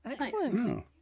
excellent